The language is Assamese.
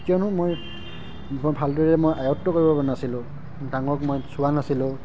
কিয়নো মই মই ভালদৰে মই আয়ত্ব কৰিব পৰা নাছিলোঁ ডাঙৰক মই চোৱা নাছিলোঁ